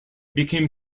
became